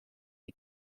the